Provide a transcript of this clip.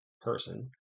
person